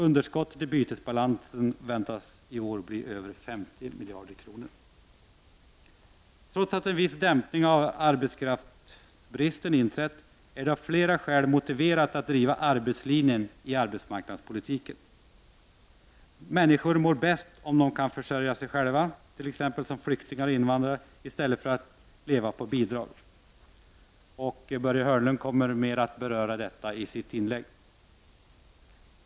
Underskottet i bytesbalansen väntas i år bli över 50 miljarder kronor. Trots en viss minskning av arbetskraftsbristen är det av flera skäl motiverat att driva arbetslinjen i arbetsmarknadspolitiken. Människor, t.ex. flyktingar, mår bäst om de kan försörja sig själva i stället för att leva på bidrag. Börje Hörnlund kommer att närmare beröra detta i sitt inlägg.